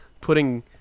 putting